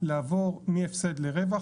לעבור מהפסד לרווח.